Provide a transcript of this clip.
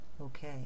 okay